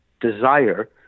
desire